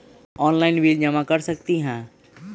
Online bill जमा कर सकती ह?